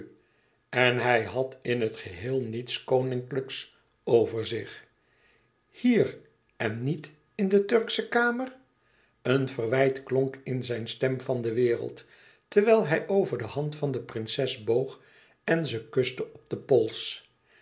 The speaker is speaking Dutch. en hij had in het geheel niets koninklijks over zich hier en niet in de turksche kamer een verwijt klonk in zijn stem van de wereld terwijl hij over de hand van de prinses boog en ze kuste op den pols